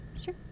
Sure